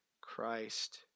Christ